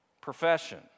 profession